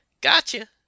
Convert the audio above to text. Gotcha